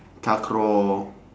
takraw